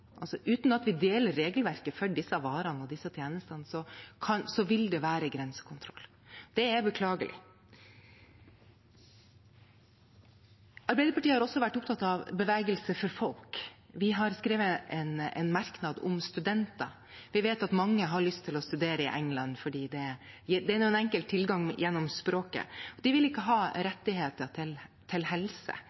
Uten at vi deler regelverk for disse varene og disse tjenestene, vil det være grensekontroll. Det er beklagelig. Arbeiderpartiet har også vært opptatt av bevegelse for folk. Vi har skrevet en merknad om studenter. Vi vet at mange har lyst til å studere i England fordi det er en enkel tilgang gjennom språket. De vil ikke ha rettigheter til